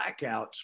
blackouts